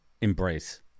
embrace